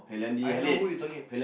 I know who you talking